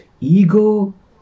ego